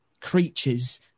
creatures